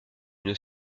une